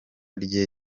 rye